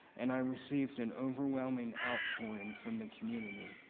and i received an overwhelming outpouring from the community,